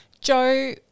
Joe